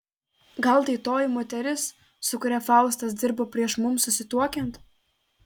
gal tai toji moteris su kuria faustas dirbo prieš mums susituokiant